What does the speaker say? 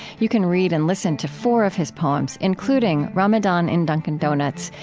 you can read and listen to four of his poems, including ramadan in dunkin' donuts,